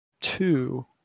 Two